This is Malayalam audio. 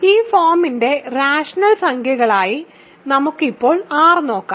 ഈ ഫോമിന്റെ റാഷണൽ സംഖ്യകളായി നമുക്ക് ഇപ്പോൾ R നോക്കാം